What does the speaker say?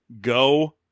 go